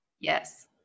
yes